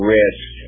risk